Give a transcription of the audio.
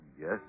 yes